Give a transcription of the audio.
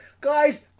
Guys